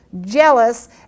jealous